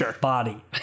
body